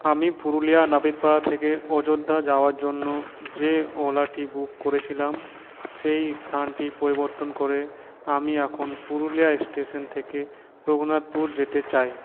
আমি পুরুলিয়া নাপিতপাড়া থেকে অযোধ্যা যাওয়ার জন্য যে ওলাটি বুক করেছিলাম সেই স্থানটি পরিবর্তন করে আমি এখন পুরুলিয়া স্টেশন থেকে রঘুনাথপুর যেতে চাই